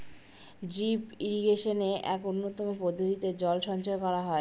drip ইরিগেশনে এক উন্নতম পদ্ধতিতে জল সঞ্চয় করা হয়